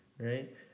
right